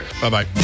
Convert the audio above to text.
bye-bye